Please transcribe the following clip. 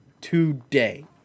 today